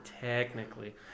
technically